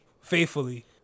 faithfully